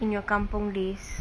in your kampung days